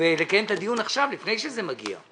ולקיים את הדיון עכשיו, לפני שהן מגיעות.